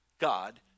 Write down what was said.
God